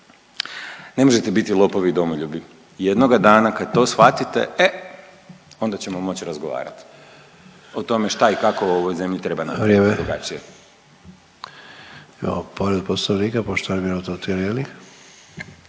Ne možete biti lopovi i domoljubi. Jednoga dana kad to shvatite e onda ćemo moći razgovarati o tome šta i kako u ovoj zemlji treba napraviti drugačije. **Sanader, Ante (HDZ)** Vrijeme.